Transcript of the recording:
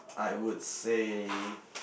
I would say